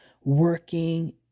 working